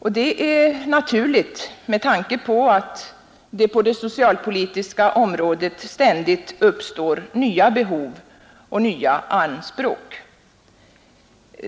Detta är naturligt med tanke på att det på det socialpolitiska området ständigt uppstår nya behov och anspråk.